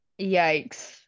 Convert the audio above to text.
Yikes